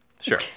Sure